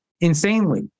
insanely